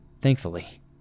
Thankfully